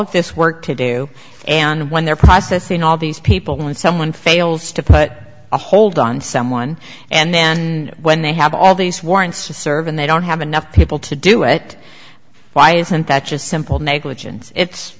of this work to do and when they're processing all these people when someone fails to put a hold on someone and then when they have all these warrants to serve and they don't have enough people to do it why isn't that just simple negligence it's